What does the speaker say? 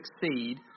succeed